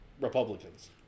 Republicans